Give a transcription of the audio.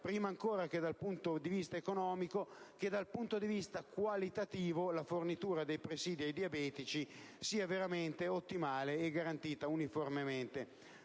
prima ancora che dal punto di vista economico, dal punto di vista qualitativo la fornitura dei presidi ai diabetici sia veramente ottimale e garantita uniformemente